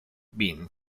been